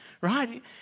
right